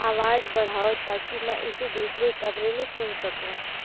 आवाज़ बढ़ाओ ताकि मैं इसे दूसरे कमरे में सुन सकूँ